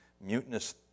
mutinous